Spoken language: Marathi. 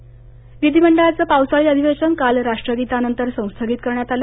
संस्थगितः विधिमंडळाचं पावसाळी अधिवेशन काल राष्ट्रगीतानंतर संस्थगित करण्यात आलं